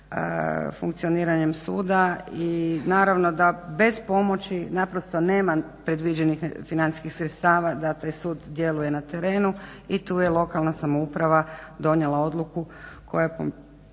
funkcioniranjem suda i naravno da bez pomoći naprosto nemam predviđenih sredstava da taj sud djeluje na terenu i tu je lokalna samouprava donijela odluku koja je po